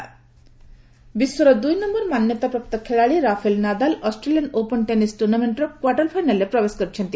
Australian Open ବିଶ୍ୱର ଦୁଇ number ମାନ୍ୟତାପ୍ରାପ୍ତ ଖେଳାଳି Rafael Nadal Australian Open tennis ଟୁର୍ଣ୍ଣାମେଣ୍ଟର କ୍ୱାର୍ଟର ଫାଇନାଲରେ ପ୍ରବେଶ କରିଛନ୍ତି